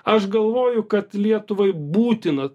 aš galvoju kad lietuvai būtina